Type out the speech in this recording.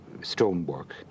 stonework